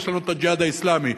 יש לנו "הג'יהאד האסלאמי",